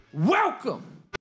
Welcome